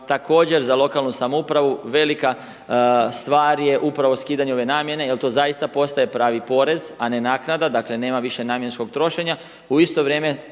također za lokalnu samoupravu velika stvar je upravo skidanje ove namjene jer to zaista postaje pravi porez a ne naknada, dakle nema više namjenskog trošenja,